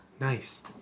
Nice